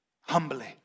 humbly